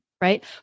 right